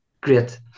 Great